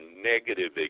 negative